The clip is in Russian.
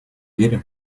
верим